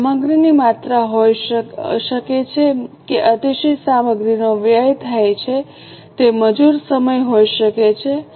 તે સામગ્રીની માત્રા હોઈ શકે છે કે અતિશય સામગ્રીનો વ્યય થાય છે તે મજૂર સમય હોઈ શકે છે